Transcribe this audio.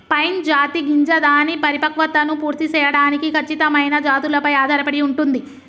pine జాతి గింజ దాని పరిపక్వతను పూర్తి సేయడానికి ఖచ్చితమైన జాతులపై ఆధారపడి ఉంటుంది